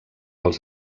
els